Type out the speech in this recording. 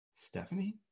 Stephanie